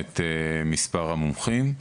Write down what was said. את מספר המומחים.